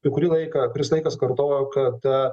jau kurį laiką kuris laikas kartojau kad